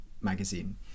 magazine